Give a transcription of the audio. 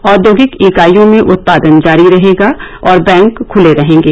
औद्योगिक इकाइयों में उत्पादन जारी रहेगा और बैंक खुले रहेंगे